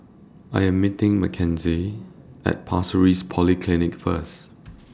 I Am meeting Mckenzie At Pasir Ris Polyclinic First